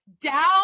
down